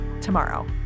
tomorrow